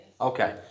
Okay